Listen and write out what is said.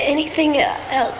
anything else